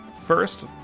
first